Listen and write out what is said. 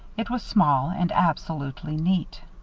it was small and absolutely neat.